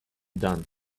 done